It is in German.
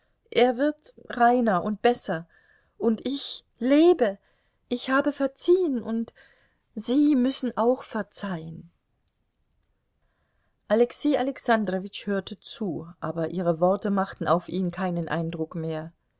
er wird reiner und besser und ich lebe ich habe verziehen und sie müssen auch verzeihen alexei alexandrowitsch hörte zu aber ihre worte machten auf ihn keinen eindruck mehr